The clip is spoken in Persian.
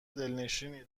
دلنشینی